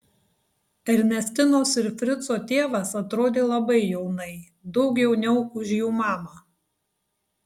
ernestinos ir frico tėvas atrodė labai jaunai daug jauniau už jų mamą